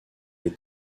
les